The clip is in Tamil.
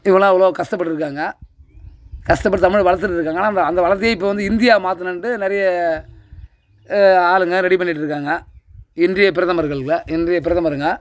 இவங்களாம் அவ்ளோ கஷ்டப்பட்டுருக்காங்க கஷ்டப்பட்டு தமிழை வளர்த்துட்டு இருக்காங்க ஆனால் அந்த அந்த வளர்த்தியே இப்போ வந்து இந்தியா மாத்தணுன்ட்டு நிறைய ஆளுங்க ரெடி பண்ணிட்டு இருக்காங்க இந்திய பிரதமர்களில் இந்திய பிரதமருங்க